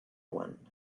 one